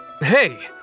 Hey